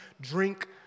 drink